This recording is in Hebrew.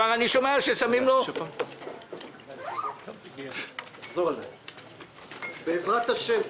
אני כבר שומע ששמים לו --- תגיד: בעזרת השם.